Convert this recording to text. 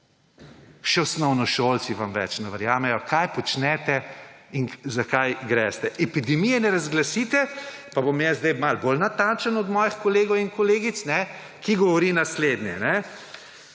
še osnovnošolci vam več ne verjamejo kaj počnete in zakaj greste. Epidemije in razglasitve pa bom jaz sedaj malo bolj natančen od mojih kolegov in kolegic, ki govori naslednje,